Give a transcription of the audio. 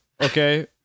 okay